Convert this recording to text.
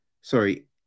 sorry